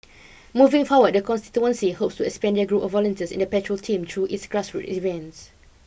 moving forward the constituency hopes to expand their group of volunteers in the patrol team through its grassroot events